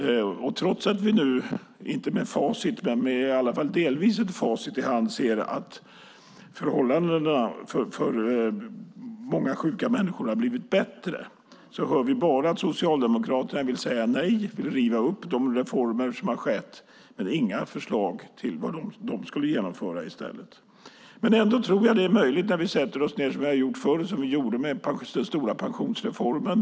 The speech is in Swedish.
Trots att vi nu, delvis med facit i hand, ser att förhållandena för många sjuka människor har blivit bättre hör vi bara att Socialdemokraterna vill säga nej och riva upp de reformerna. Vi har inte hört några förslag på vad de skulle genomföra i stället. Jag tror ändå att det är möjligt att vi sätter oss ned som vi gjorde med den stora pensionsreformen.